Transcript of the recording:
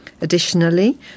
Additionally